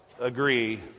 agree